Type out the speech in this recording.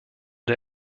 der